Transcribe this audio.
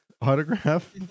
autograph